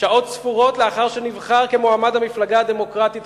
שעות ספורות לאחר שנבחר למועמד המפלגה הדמוקרטית,